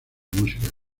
música